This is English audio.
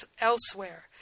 elsewhere